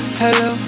hello